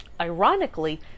Ironically